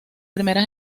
primera